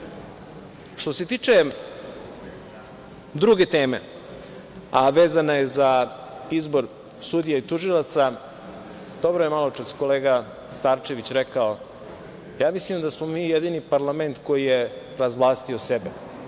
Što se tiče druge teme, a vezana je za izbor sudija i tužilaca, dobro je maločas kolega Starčević rekao, ja mislim da smo mi jedini parlament koji je razvlastio sebe.